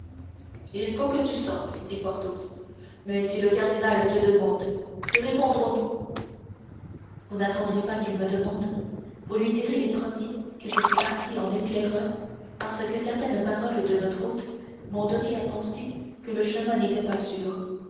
il faut que tu sortes dit porthos mais si le cardinal te demande que répondrons-nous vous n'attendrez pas qu'il me demande vous lui direz les premiers que je suis parti en éclaireur parce que certaines paroles de notre hôte m'ont donné à penser que le chemin n'était pas sûr